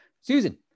Susan